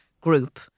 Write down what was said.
group